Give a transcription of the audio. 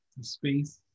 space